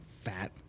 fat